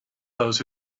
those